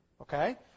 Okay